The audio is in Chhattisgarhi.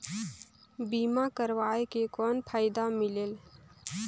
बीमा करवाय के कौन फाइदा मिलेल?